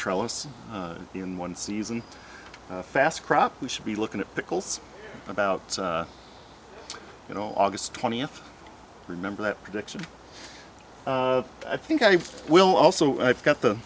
trellis in one season fast crop we should be looking at pickles about you know august twentieth remember that protection i think i will also i've got the